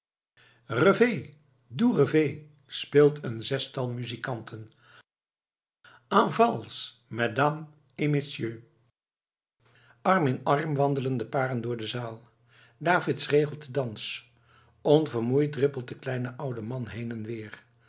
rêve speelt een zestal muzikanten en valse mesdames et messieurs arm in arm wandelen de paren door de zaal davids regelt den dans onvermoeid dribbelt de kleine oude man heen en weer